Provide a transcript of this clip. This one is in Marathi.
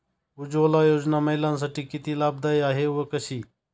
उज्ज्वला योजना महिलांसाठी किती लाभदायी आहे व कशी?